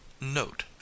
note